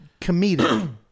comedic